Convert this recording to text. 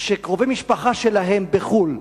שקרובי משפחה שלהם בחו"ל,